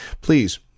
please